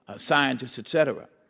scientists, et cetera.